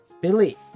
Billy